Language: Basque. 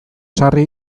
sarri